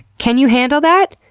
can you handle that?